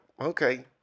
okay